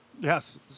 Yes